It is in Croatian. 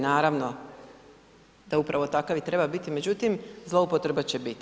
Naravno, da upravo takav i treba biti međutim, zloupotreba će biti.